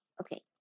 Okay